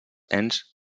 ens